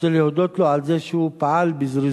אני רוצה להודות לו על זה שהוא פעל בזריזות